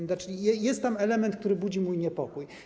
To znaczy jest tam element, który budzi mój niepokój.